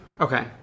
okay